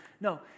No